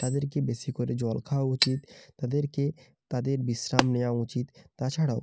তাদেরকে বেশি করে জল খাওয়া উচিত তাদেরকে তাদের বিশ্রাম নেওয়া উচিত তাছাড়াও